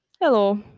Hello